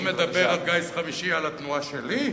הוא מדבר על גיס חמישי על התנועה שלי?